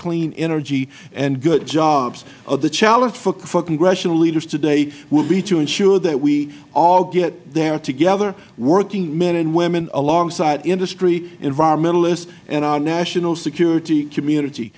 clean energy and good jobs the challenge for congressional leaders today will be to ensure that we all get there together working men and women alongside industry environmentalists and our national security community